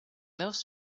those